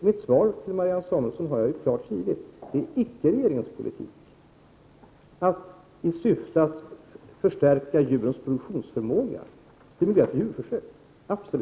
Mitt svar till Marianne Samuelsson har klargjort att regeringens politik inte är att stimulera till djurförsök i syfte att förstärka djurens produktionsförmåga, absolut inte.